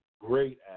great